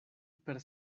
per